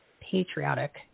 patriotic